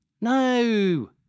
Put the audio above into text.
No